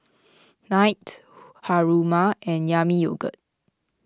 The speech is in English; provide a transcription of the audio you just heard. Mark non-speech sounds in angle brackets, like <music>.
Knight <noise> Haruma and Yami Yogurt